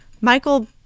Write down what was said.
michael